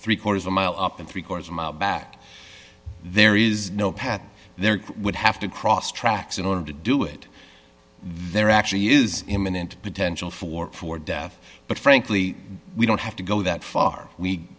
three quarters a mile up and three quarters a mile back there is no path there would have to cross tracks in order to do it there actually is imminent potential for for death but frankly we don't have to go that far we